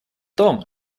том